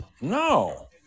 No